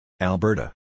Alberta